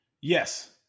yes